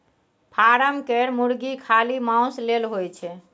form केर मुरगी खाली माउस लेल होए छै